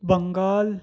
Bengal